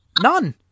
None